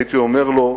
הייתי אומר לו: